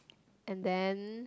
and then